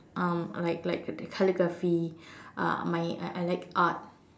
um like like the calligraphy uh my I I like art